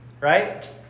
Right